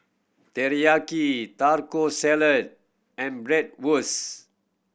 Teriyaki Taco Salad and Bratwurst